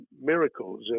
miracles